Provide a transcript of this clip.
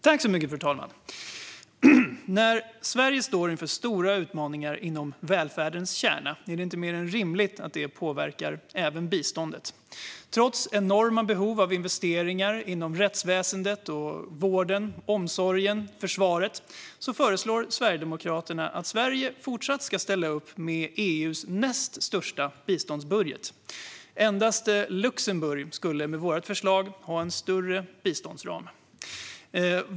Fru talman! När Sverige står inför stora utmaningar inom välfärdens kärna är det inte mer än rimligt att detta påverkar även biståndet. Trots enorma behov av investeringar inom rättsväsendet, vården, omsorgen och försvaret föreslår Sverigedemokraterna att Sverige fortsatt ska ställa upp med EU:s näst största biståndsbudget. Med vårt förslag skulle endast Luxemburg ha en större biståndsram.